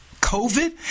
COVID